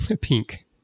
Pink